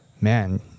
man